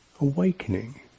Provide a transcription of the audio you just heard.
Awakening